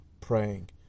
praying